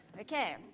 Okay